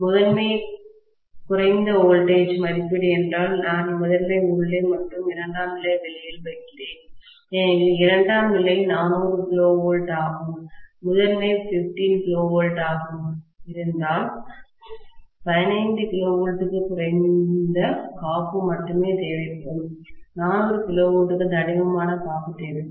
முதன்மை குறைந்த வோல்டேஜ் ஐ மதிப்பீடு என்றால் நான் முதன்மை உள்ளே மற்றும் இரண்டாம் நிலை வெளியில் வைக்கிறேன் ஏனெனில் இரண்டாம் நிலை 400 kV ஆகவும் முதன்மை 15 kV ஆகவும் இருந்தால் 15 kV க்கு குறைந்த காப்பு மட்டுமே தேவைப்படும் 400 kVக்கு தடிமனான காப்பு தேவைப்படும்